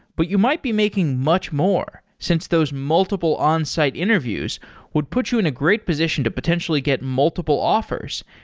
but you might be making much more since those multiple onsite interviews would put you in a great position to potentially get multiple offers,